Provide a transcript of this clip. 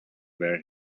where